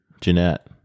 jeanette